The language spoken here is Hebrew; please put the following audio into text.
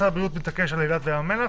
משרד הבריאות מתעקש על אילת וים המלח,